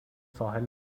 ساحل